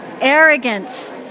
arrogance